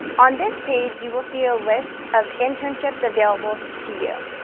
on this page you will see a list of internships available to you.